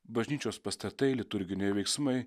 bažnyčios pastatai liturginiai veiksmai